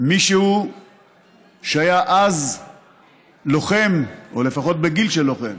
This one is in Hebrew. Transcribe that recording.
מישהו שהיה אז לוחם, או לפחות בגיל של לוחם,